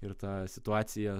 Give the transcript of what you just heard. ir ta situacija